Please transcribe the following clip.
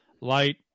light